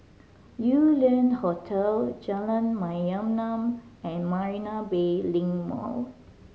Yew Lian Hotel Jalan Mayaanam and Marina Bay Link Mall